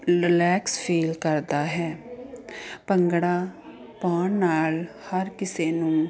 relax feel ਕਰਦਾ ਹੈ ਭੰਗੜਾ ਪਾਉਣ ਨਾਲ ਹਰ ਕਿਸੇ ਨੂੰ